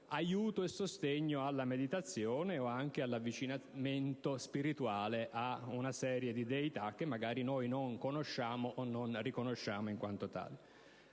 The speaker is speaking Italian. aiutare e sostenere la meditazione o anche l'avvicinamento spirituale a verità che magari noi non conosciamo, o non riconosciamo in quanto tali.